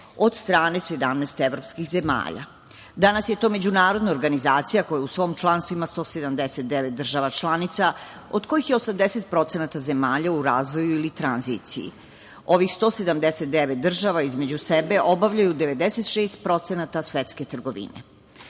od strane 17 evropskih zemalja. Danas je to međunarodna organizacija koja u svom članstvu ima 179 država članica, od kojih je 80% zemalja u razvoju ili tranziciji. Ovih 179 država između sebe obavljaju 96% svetske trgovine. Pod